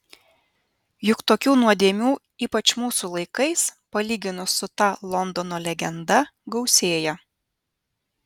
juk tokių nuodėmių ypač mūsų laikais palyginus su ta londono legenda gausėja